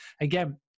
again